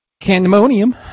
Candemonium